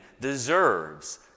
deserves